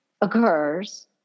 occurs